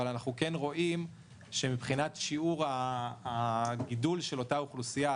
אבל אנחנו כן רואים שמבחינת שיעור הגידול של אותה אוכלוסייה,